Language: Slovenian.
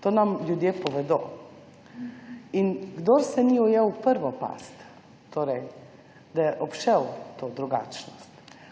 To nam ljudje povedo. In kdor se ni ujel v prvo past, da je obšel to drugačnost.